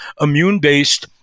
immune-based